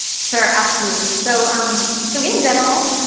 sure, absolutely. so um so in general,